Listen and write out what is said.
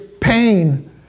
pain